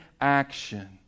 action